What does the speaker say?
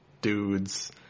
dudes